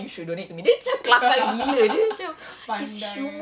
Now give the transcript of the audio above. he was like ya then you all get to see new kind of content you know